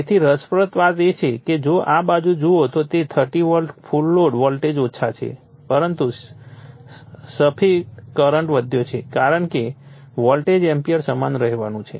તેથી રસપ્રદ વાત એ છે કે જો આ બાજુ જુઓ તો તે 30 વોલ્ટ ફુલ લોડ વોલ્ટેજ ઓછા છે પરંતુ સટીફ કરંટ વધ્યો છે કારણ કે વોલ્ટ એમ્પીયર સમાન રહેવાનું છે